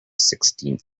sixteenth